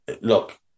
look